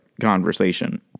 conversation